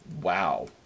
Wow